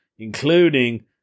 including